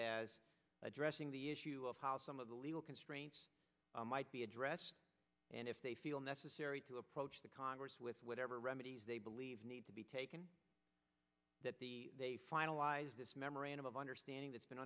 as addressing the issue of how some of the legal constraints might be addressed and if they feel necessary to approach the congress with whatever remedies they believe need to be taken that they finalize this memorandum of understanding that's been